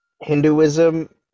hinduism